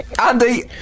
Andy